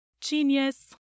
Genius